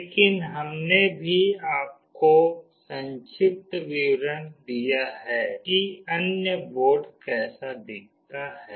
लेकिन हमने भी आपको संक्षिप्त विवरण दिया है कि अन्य बोर्ड कैसा दिखता है